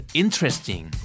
interesting